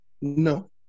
No